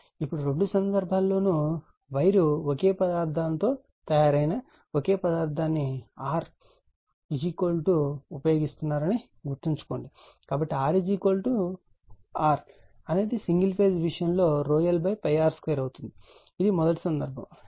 ఇప్పుడు రెండు సందర్భాల్లోనూ వైర్ ఒకే పదార్థాలతో తయారైన ఒకే పదార్థాన్ని R ఉపయోగిస్తున్నారని గుర్తుంచుకోండి కాబట్టి R క్యాపిటల్ R అనేది సింగిల్ ఫేజ్ విషయంలో lr2అవుతుంది ఇది మొదటి సందర్భం